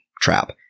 trap